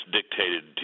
dictated